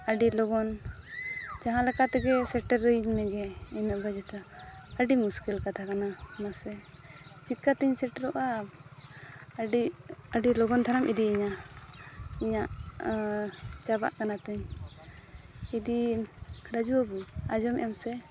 ᱟᱹᱰᱤ ᱞᱚᱜᱚᱱ ᱡᱟᱦᱟᱸ ᱞᱮᱠᱟ ᱛᱮᱜᱮ ᱥᱮᱴᱮᱨᱤᱧ ᱢᱮᱜᱮ ᱤᱱᱟᱹᱜ ᱵᱟᱡᱮᱛᱮ ᱟᱹᱰᱤ ᱢᱩᱥᱠᱤᱞ ᱠᱟᱛᱷᱟ ᱠᱟᱱᱟ ᱢᱟᱥᱮ ᱪᱤᱠᱟᱹᱛᱤᱧ ᱥᱮᱴᱮᱨᱚᱜᱼᱟ ᱟᱹᱰᱤ ᱟᱹᱰᱤ ᱞᱚᱜᱚᱱ ᱫᱷᱟᱨᱟᱢ ᱤᱫᱤᱭᱤᱧᱟᱹ ᱤᱧᱟᱹᱜ ᱪᱟᱵᱟᱜ ᱠᱟᱱᱟ ᱛᱤᱧ ᱤᱫᱤ ᱨᱟᱡᱩ ᱵᱟᱹᱵᱩ ᱟᱸᱡᱚᱢᱮᱜᱼᱟᱢ ᱥᱮ